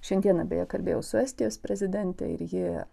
šiandieną beje kalbėjau su estijos prezidente ir ji